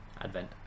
Advent